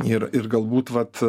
ir ir galbūt vat